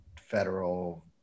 federal